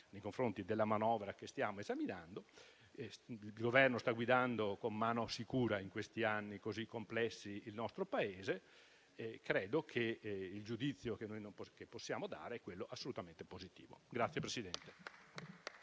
del Governo e della manovra che stiamo esaminando. Il Governo sta guidando con mano sicura in questi anni così complessi il nostro Paese e credo che il giudizio che possiamo dare sia assolutamente positivo. PRESIDENTE.